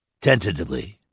tentatively